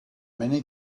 many